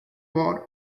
war